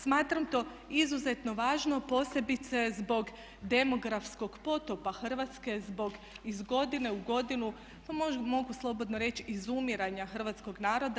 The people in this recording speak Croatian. Smatram to izuzetno važno posebice zbog demografskog potopa Hrvatske zbog iz godine u godinu pa mogu slobodno reći izumiranja Hrvatskog naroda.